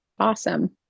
awesome